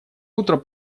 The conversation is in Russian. утро